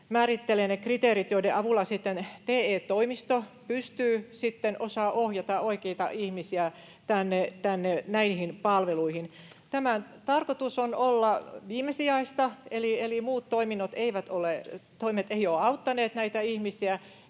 määrittelee ne kriteerit, joiden avulla TE-toimisto osaa sitten ohjata oikeita ihmisiä näihin palveluihin. Tämän tarkoitus on olla viimesijaista, eli muut toimet eivät ole auttaneet näitä ihmisiä.